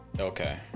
Okay